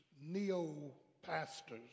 neo-pastors